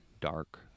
dark